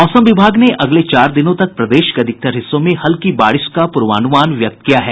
मौसम विभाग ने अगले चार दिनों तक प्रदेश के अधिकतर हिस्सों में हल्की बारिश का पूर्वानुमान व्यक्त किया है